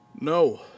No